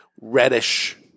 reddish